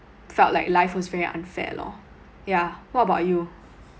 felt like life was very unfair lor yeah what about you